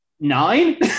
nine